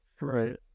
Right